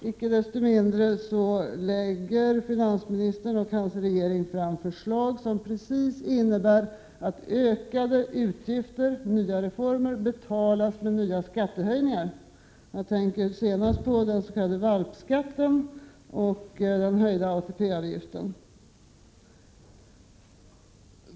Icke desto mindre lägger finansministern och hans regering fram förslag som innebär att ökade utgifter, nya reformer, betalas med nya skattehöjningar. Jag tänker närmast på den s.k. valpskatten och den höjda ATP-avgiften.